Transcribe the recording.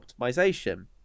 optimization